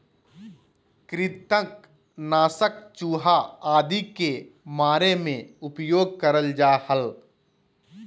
कृंतक नाशक चूहा आदि के मारे मे उपयोग करल जा हल